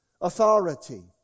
Authority